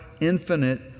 infinite